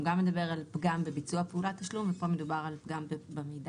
הוא גם מדבר על פגם בביצוע פעולת תשלום וכאן מדובר על פגם במידה.